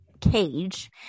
cage